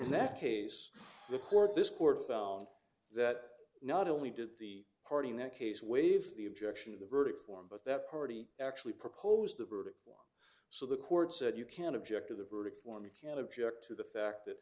in that case the court this court found that not only did the party in that case waive the objection of the verdict form but that party actually proposed the verdict so the court said you can't object to the verdict form you can't object to the fact that